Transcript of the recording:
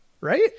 right